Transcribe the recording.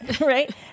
Right